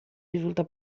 risulta